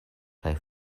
kaj